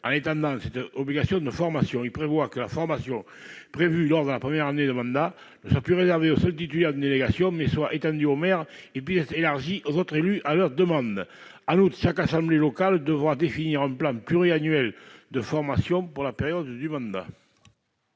en étendant cette obligation de formation. Il prévoit que la formation prévue lors de la première année de mandat soit non plus réservée aux seuls titulaires d'une délégation, mais étendue aux maires. Elle doit également pouvoir être élargie aux autres élus à leur demande. En outre, chaque assemblée locale devra définir un plan pluriannuel de formation pour la période du mandat.